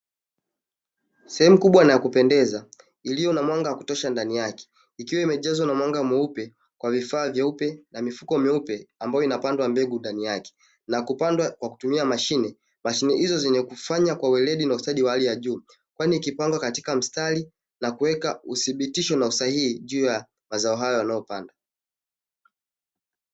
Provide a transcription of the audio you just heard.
Sehemu kubwa na ya kupendeza iliyo na mwanga wa kutosha ndani yake, ikiwa imejazwa kwa mwanga mweupe kwa vifaa vyeupe na mifuko meupe ambayo inapandwa mbegu ndani yake na kupandwa kwa kutumia mashine; mashine hizo zenye kufanya kwa weredi na ustadi wa hali ya juu kwani ikipangwa katika mstari na kuwekwa uthibitisho na ushihi juu ya mazao haya yanayopandwa.